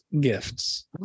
gifts